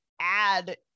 add